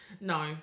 No